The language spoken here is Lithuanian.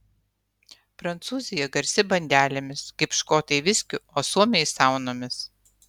prancūzija garsi bandelėmis kaip škotai viskiu o suomiai saunomis